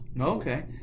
Okay